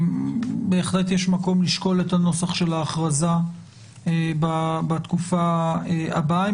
בהחלט יש מקום לשקול את הנוסח של ההכרזה בתקופה הבאה.